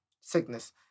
sickness